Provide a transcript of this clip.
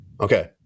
Okay